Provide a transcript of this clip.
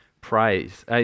praise